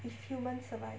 if human survive